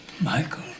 Michael